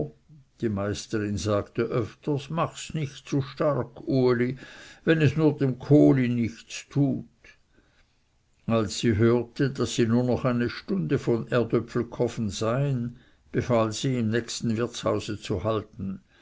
die meisterin sagte öfters machs nicht zu stark uli wenn es nur dem kohli nichts tut als sie hörte daß sie nur noch eine stunde von erdöpfelkofen seien befahl sie im nächsten wirtshause zu halten